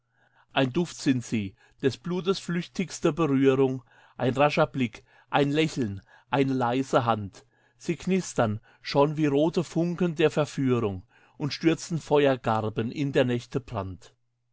ein duft sind sie des blutes flüchtigste berührung ein rascher blick ein lächeln eine leise hand sie knistern schon wie rote funken der verführung und stürzen feuergarben in der nächte brand